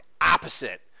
opposite